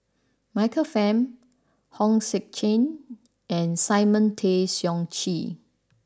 Michael Fam Hong Sek Chern and Simon Tay Seong Chee